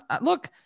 look